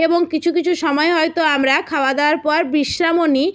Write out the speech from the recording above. এবং কিছু কিছু সময় হয়তো আমরা খাওয়া দাওয়ার পর বিশ্রামও নিই